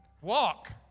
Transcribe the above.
walk